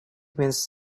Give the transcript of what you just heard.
means